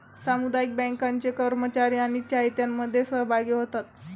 सामुदायिक बँकांचे कर्मचारी अनेक चाहत्यांमध्ये सहभागी होतात